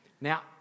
Now